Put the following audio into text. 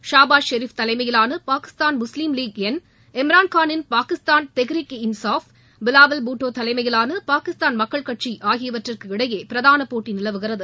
ஷாபாஸ் ஷெரிப் தலைமையிலான Pakistan Muslim League N இம்ரான்கானின் பாகிஸ்தான் தெஹ்ரிக் இ இன்சாப் பிலாவல் புட்டோ தலைமையிவான பாகிஸ்தான் மக்கள் கட்சி ஆகியவற்றிற்கிடையே பிரதான போட்டி நிலவுகிறது